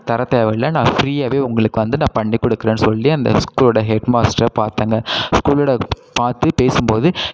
தர தேவையில்லை நான் ஃப்ரீயாகவே உங்களுக்கு வந்து நான் பண்ணி கொடுக்குறேனு சொல்லி அந்த ஸ்கூலோட ஹெட் மாஸ்டரை பார்த்தேங்க ஸ்கூலோட பார்த்து பேசும்போது